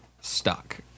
stuck